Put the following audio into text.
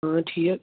ٹھیٖک